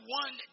one